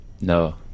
No